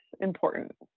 important